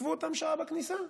עיכבו אותם שעה בכניסה.